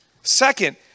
Second